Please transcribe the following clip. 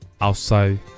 outside